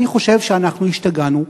אני חושב שאנחנו השתגענו.